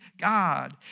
God